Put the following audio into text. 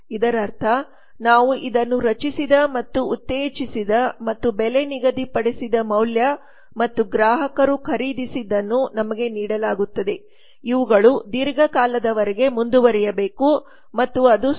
ಇದರರ್ಥ ನಾವು ಇದನ್ನು ರಚಿಸಿದ ಮತ್ತು ಉತ್ತೇಜಿಸಿದ ಮತ್ತು ಬೆಲೆ ನಿಗದಿಪಡಿಸಿದ ಮೌಲ್ಯ ಮತ್ತು ಗ್ರಾಹಕರು ಖರೀದಿಸಿದ್ದನ್ನು ನಮಗೆ ನೀಡಲಾಗುತ್ತದೆ ಇವುಗಳು ದೀರ್ಘಕಾಲದವರೆಗೆ ಮುಂದುವರಿಯಬೇಕು ಮತ್ತು ಅದು ಸುಸ್ಥಿರವಾಗಿರಬೇಕು